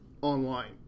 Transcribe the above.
online